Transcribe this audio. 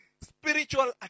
Spiritual